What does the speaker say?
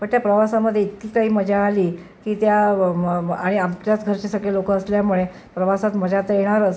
पण त्या प्रवासामध्ये इतकी काही मजा आली की त्या आणि आमच्याच घरचे सगळे लोक असल्यामुळे प्रवासात मजा तर येणारच